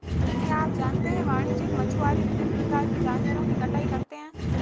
क्या आप जानते है वाणिज्यिक मछुआरे विभिन्न प्रकार के जानवरों की कटाई करते हैं?